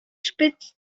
spitzt